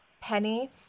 penny